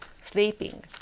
sleeping